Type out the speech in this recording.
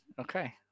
okay